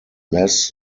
less